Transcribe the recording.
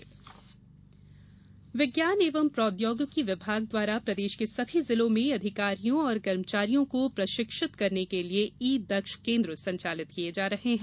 ई केन्द्र विज्ञान एवं प्रोद्यौगिकी विभाग द्वारा प्रदेश के सभी जिलों में अधिकारियों और कर्मचारियों को प्रशिक्षित करने के लिए ई दक्ष केन्द्र संचालित किये जा रहे हैं